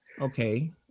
Okay